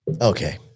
Okay